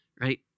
right